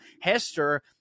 Hester